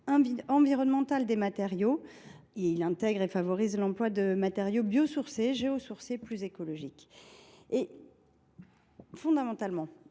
environnemental des matériaux et intègre et favorise l’emploi de matériaux biosourcés et géosourcés, plus écologiques. De fait, en tenant